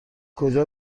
کجا